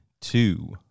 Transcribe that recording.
two